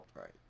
right